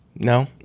No